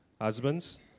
Husbands